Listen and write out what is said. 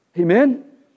Amen